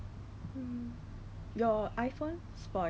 err no you know the solution the disinfectant solution